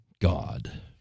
God